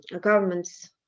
government's